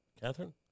Catherine